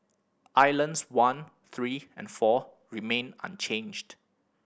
Islands one three and four remained unchanged